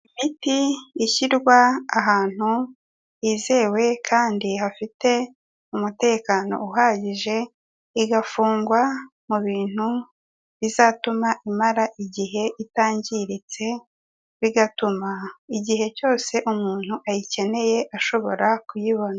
Imiti ishyirwa ahantu hizewe kandi hafite umutekano uhagije, igafungwa mu bintu bizatuma imara igihe itangiritse, bigatuma igihe cyose umuntu ayikeneye ashobora kuyibona.